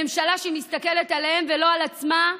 בממשלה שמסתכלת עליהם ולא על עצמה.